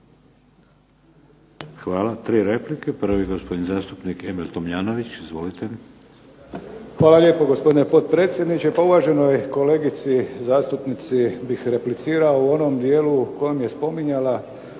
Hvala. 3 replike. Prvi gospodin zastupnik Emil Tomljanović. Izvolite. **Tomljanović, Emil (HDZ)** Hvala lijepo gospodine potpredsjedniče. Pa uvaženoj kolegici zastupnici bih replicirao u onom dijelu u kojem je spominjala